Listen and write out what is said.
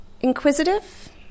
Inquisitive